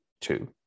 two